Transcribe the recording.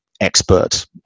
expert